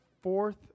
fourth